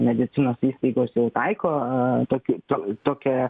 medicinos įstaigos jau taiko tokį tu tokią